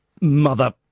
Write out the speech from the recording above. mother